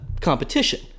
competition